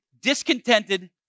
discontented